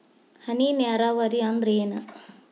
ಹನಿ ನೇರಾವರಿ ಅಂದ್ರ ಏನ್?